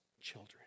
children